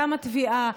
גם התביעה,